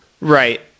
Right